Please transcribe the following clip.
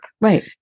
right